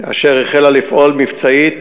אשר החלה לפעול מבצעית